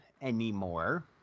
anymore